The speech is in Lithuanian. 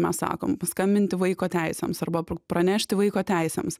mes sakom paskambinti vaiko teisėms arba pranešti vaiko teisėms